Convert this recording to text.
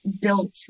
built